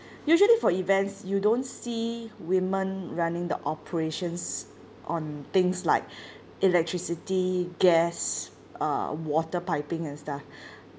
usually for events you don't see women running the operations on things like electricity gas uh water piping and stuff